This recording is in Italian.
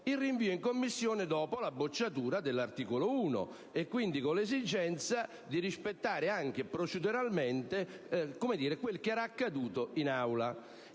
il rinvio in Commissione dopo la bocciatura dell'articolo 1, con l'esigenza di rispettare anche proceduralmente quanto era accaduto in Aula.